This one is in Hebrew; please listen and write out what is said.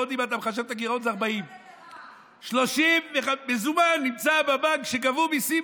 ועוד אם אתה מחשב את הגירעון זה 40. שצריך לתת לרע"מ.